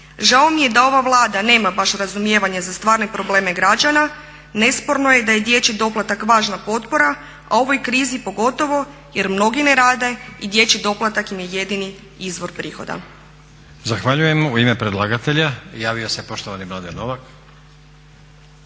Žao mi je da ova Vlada nema baš razumijevanje za stvarne probleme građana. Nesporno je da je dječji doplatak važna potpora, a u ovoj krizi pogotovo, jer mnogi ne rade i dječji doplatak im je jedini izvor prihoda.